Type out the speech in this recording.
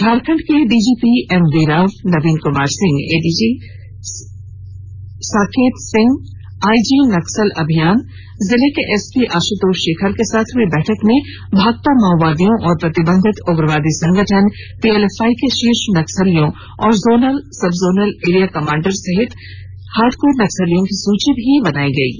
झारखंड के DGP MV Rao Naveen Kumar Singh ADG Saket Singh IG Naxal अभियान जिले के एसपी आशुतोष शेखर के साथ हुई बैठक में भाकपा माओवादियों और प्रतिबंधित उग्रवादी संगठन पीएलएफआई के शीर्ष नक्सलियों और जोनल सबजोनल एरिया कमांडर समेत हार्डकोर नक्सलियों की सूची भी बनायी गयी है